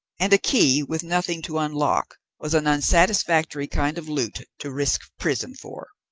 and a key with nothing to unlock was an unsatisfactory kind of loot to risk prison for.